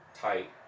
tight